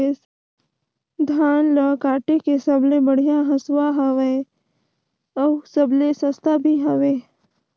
धान ल काटे के सबले बढ़िया हंसुवा हवये? अउ सबले सस्ता भी हवे?